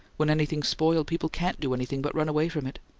when anything's spoiled, people can't do anything but run away from it.